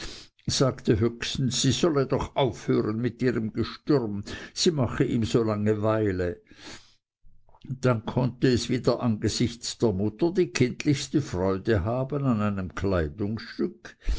sagte höchstens sie solle doch aufhören mit ihrem gestürm sie mache ihm so langeweile dann konnte es wieder angesichts der mutter die kindlichste freude haben an einem kleidungsstück